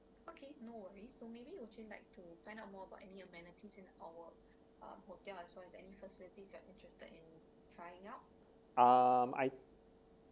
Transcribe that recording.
um I